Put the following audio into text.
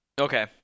Okay